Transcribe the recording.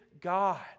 God